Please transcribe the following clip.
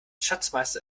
schatzmeister